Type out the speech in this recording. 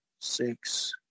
six